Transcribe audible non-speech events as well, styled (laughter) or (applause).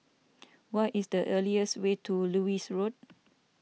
(noise) what is the easiest way to Lewis Road